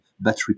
battery